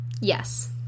yes